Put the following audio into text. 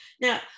Now